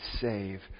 save